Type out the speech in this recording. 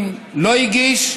אם לא הגישו,